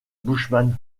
bushman